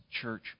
church